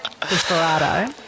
Desperado